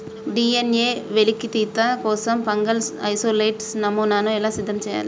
DNA వెలికితీత కోసం fungal isolate నమూనాను ఎలా సిద్ధం చెయ్యాలి?